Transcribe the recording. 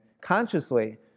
consciously